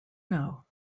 know